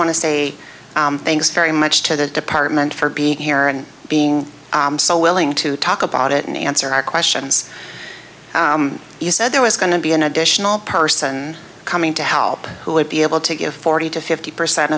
want to say thanks very much to the department for being here and being so willing to talk about it and answer our questions you said there was going to be an additional person coming to help who would be able to give forty to fifty percent